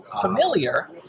familiar